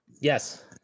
Yes